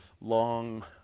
long